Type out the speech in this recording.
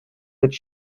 cette